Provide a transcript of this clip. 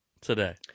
today